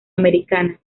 americana